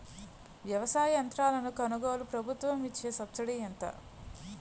వ్యవసాయ యంత్రాలను కొనుగోలుకు ప్రభుత్వం ఇచ్చే సబ్సిడీ ఎంత?